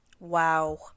wow